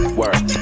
work